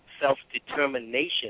self-determination